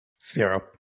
Zero